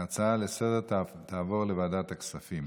ההצעה לסדר-היום תעבור לוועדת הכספים.